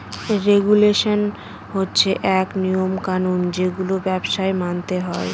regulation হচ্ছে নিয়ম কানুন যেগুলো ব্যবসায় মানতে হয়